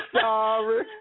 sorry